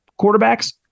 quarterbacks